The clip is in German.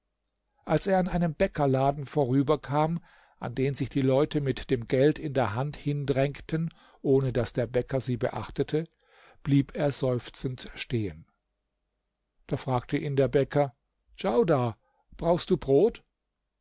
als er an einem bäckerladen vorüberkam an den sich die leute mit dem geld in der hand hindrängten ohne daß der bäcker sie beachtete blieb er seufzend stehen da fragte ihn der bäcker djaudar brauchst du brot